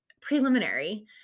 preliminary